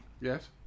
Yes